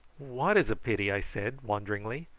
what is a pity? i said wonderingly,